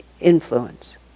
influence